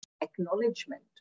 acknowledgement